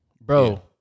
Bro